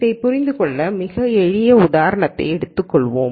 இதைப் புரிந்துகொள்ள மிக எளிய உதாரணத்தை எடுத்துக் கொள்வோம்